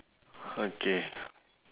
okay